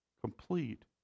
complete